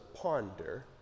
ponder